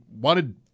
wanted